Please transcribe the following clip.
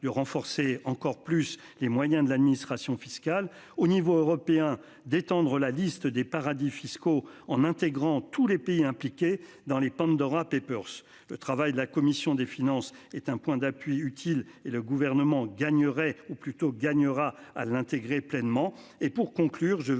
de renforcer encore plus les moyens de l'administration fiscale au niveau européen d'étendre la liste des paradis fiscaux. En intégrant tous les pays impliqués dans les Pandora Papers. Le travail de la commission des finances, est un point d'appui utile et le gouvernement gagnerait ou plutôt gagnera à l'intégrer pleinement